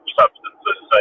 substances